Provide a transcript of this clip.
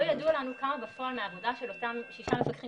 לא ידוע לנו כמה בפועל מהעבודה של שישה מפקחים